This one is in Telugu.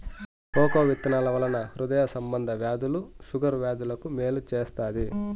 కోకో విత్తనాల వలన హృదయ సంబంధ వ్యాధులు షుగర్ వ్యాధులకు మేలు చేత్తాది